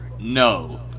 No